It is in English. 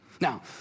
Now